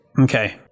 Okay